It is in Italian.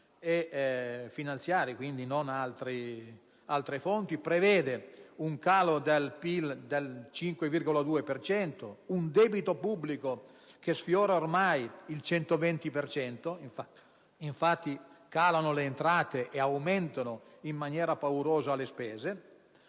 economico-finanziaria - quindi non altre fonti - prevede un calo del PIL del 5,2 per cento, un debito pubblico che sfiora ormai il 120 per cento. Infatti, calano le entrate e aumentano in maniera paurosa le spese;